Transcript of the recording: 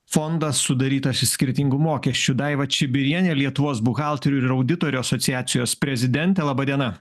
fondas sudarytas iš skirtingų mokesčių daiva čibirienė lietuvos buhalterių ir auditorių asociacijos prezidentė laba diena